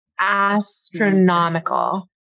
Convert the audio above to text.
astronomical